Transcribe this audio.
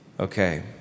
Okay